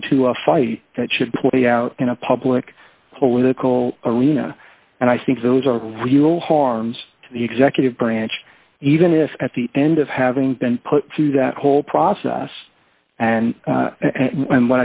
into a fight that should play out in a public political arena and i think those are real harms to the executive branch even if at the end of having been put through that whole process and when